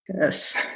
Yes